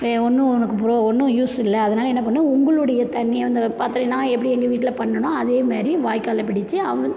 ஒன்றும் உனக்கு ஒன்றும் யூஸ் இல்லை அதனால் என்ன பண்ணணும் உங்களுடைய தண்ணியை அந்த பாத்து நான் எப்படி எங்கள் வீட்டில் பண்ணேனோ அதேமாரி வாய்க்காலில் பிடித்து அவுங்க